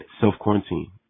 self-quarantine